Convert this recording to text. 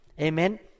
Amen